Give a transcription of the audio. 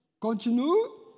Continue